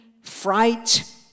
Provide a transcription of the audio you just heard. fright